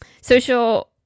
social